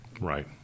right